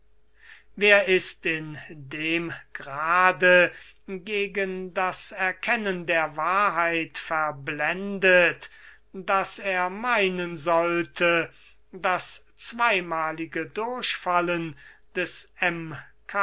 wer ist in dem grade gegen das erkennen der wahrheit verblendet daß er meinen sollte das zweimalige durchfallen des